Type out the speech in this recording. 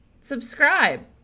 subscribe